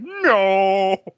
No